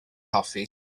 hoffi